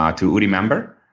ah to udi manber,